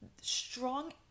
Strong